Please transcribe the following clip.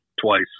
twice